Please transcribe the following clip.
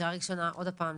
קריאה ראשונה עוד פעם,